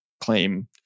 claim